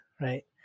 right